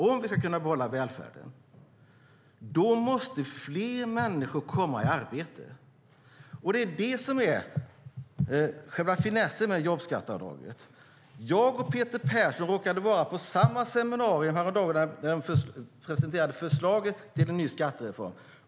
Om vi ska kunna behålla välfärden måste fler människor komma i arbete. Det är det som är själva finessen med jobbskatteavdraget. Jag och Peter Persson råkade vara på samma seminarium häromdagen då man presenterade förslaget till en ny skattereform.